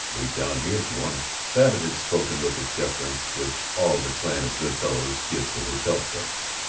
wait down here if you wanna. babbitt had spoken with the deference which all the clan of good fellows give to hotel clerks.